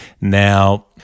Now